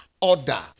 order